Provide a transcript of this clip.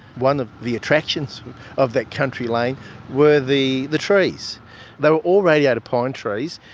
one of the attractions of that country lane were the the trees. they were all radiata pine trees,